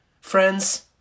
friends